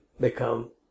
become